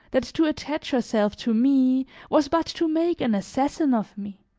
that to attach herself to me was but to make an assassin of me.